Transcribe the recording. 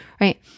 Right